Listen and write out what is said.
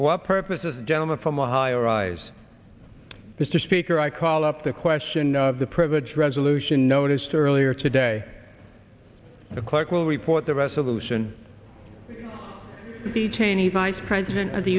for purposes of gentleman from ohio arise mr speaker i call up the question of the privilege resolution noticed earlier today the clerk will report the resolution the cheney vice president of the